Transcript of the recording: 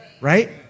Right